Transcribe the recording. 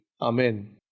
Amen